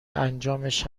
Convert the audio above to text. انجامش